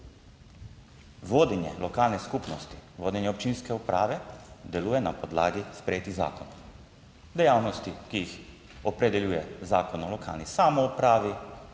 Vodenje lokalne skupnosti, vodenje občinske uprave deluje na podlagi sprejetih zakonov, dejavnosti, ki jih opredeljuje Zakon o lokalni samoupravi,